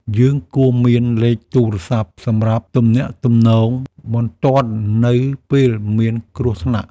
យើងគួរមានលេខទូរស័ព្ទសម្រាប់ទំនាក់ទំនងបន្ទាន់នៅពេលមានគ្រោះថ្នាក់។